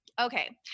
okay